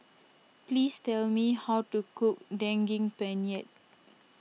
please tell me how to cook Daging Penyet